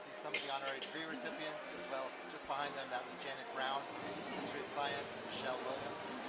i mean the honorary degree recipients as well, just behind them that's janet brown history and science, michelle williams,